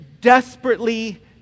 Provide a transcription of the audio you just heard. desperately